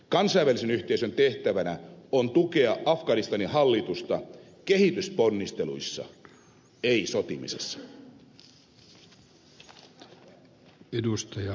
kansainvälisen yhteisön tehtävänä on tukea afganistanin hallitusta kehitysponnisteluissa ei sotimisessa